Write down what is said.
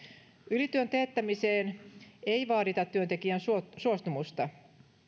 ylityön teettämiseen ei vaadita työntekijän suostumusta suostumusta